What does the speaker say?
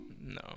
No